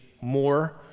more